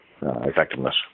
effectiveness